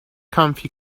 comfy